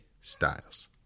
Styles